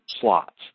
slots